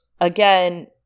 again